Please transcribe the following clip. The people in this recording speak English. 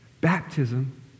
Baptism